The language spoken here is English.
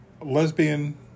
lesbian